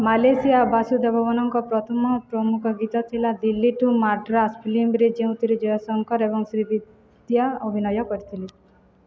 Malaysia ବାସୁଦେବଗନଙ୍କ ପ୍ରଥମ ପ୍ରମୁଖ ଗୀତ ଥିଲା ଦିଲ୍ଲୀ ଟୁ ମାଡ୍ରାସ୍ ଫିଲ୍ମରେ ଯେଉଁଥିରେ ଜୟଶଙ୍କର ଏବଂ ଶ୍ରୀବିଦ୍ୟା ଅଭିନୟ କରିଥିଲେ